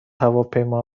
هواپیما